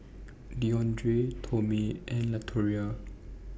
Deondre Tomie and Latoria